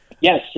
Yes